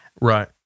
right